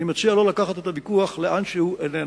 אני מציע לא לקחת את הוויכוח לאן שהוא איננו.